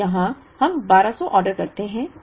अब यहाँ हम 1200 ऑर्डर करते हैं